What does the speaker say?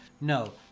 no